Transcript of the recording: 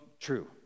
true